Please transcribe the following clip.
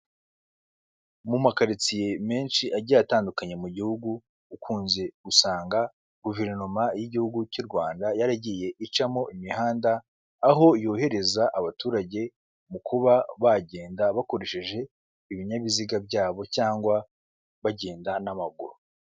Mu makaritsiye menshi agiye atandukanye mu gihugu ukunze gusanga guverinoma y'igihugu cy'u Rwanda yaragiye icamo imihanda, aho yohereza abaturage mu kuba bagenda bakoresheje ibinyabiziga byabo cyangwa bagenda n'amaguru.